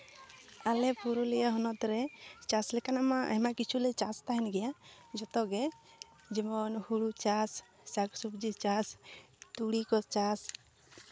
ᱟᱞᱮ ᱯᱩᱨᱩᱞᱤᱭᱟᱹ ᱦᱚᱱᱚᱛ ᱨᱮ ᱪᱟᱥ ᱞᱮᱠᱟᱱᱟᱜ ᱢᱟ ᱟᱭᱢᱟ ᱠᱤᱪᱷᱩ ᱞᱮ ᱪᱟᱥ ᱛᱟᱦᱮᱱ ᱜᱮᱭᱟ ᱡᱷᱚᱛᱚᱜᱮ ᱡᱮᱢᱚᱱ ᱦᱩᱲᱩ ᱪᱟᱥ ᱥᱟᱠ ᱥᱚᱵᱽᱡᱤ ᱠᱚ ᱪᱟᱥ ᱛᱩᱲᱤ ᱠᱚ ᱪᱟᱥ